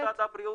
עם משרד הבריאות.